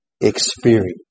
experience